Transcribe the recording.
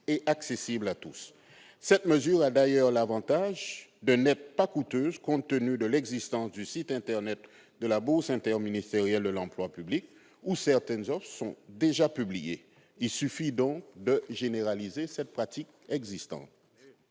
accessible à tous. Cette mesure présente l'avantage de n'être pas coûteuse, compte tenu de l'existence du site internet de la Bourse interministérielle de l'emploi public, sur lequel certaines offres sont déjà publiées. Il suffit de généraliser cette pratique.